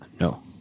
No